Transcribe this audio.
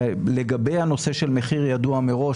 לגבי הנושא של מחיר ידוע מראש,